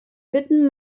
bitten